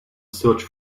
search